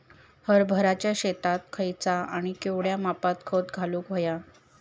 हरभराच्या शेतात खयचा आणि केवढया मापात खत घालुक व्हया?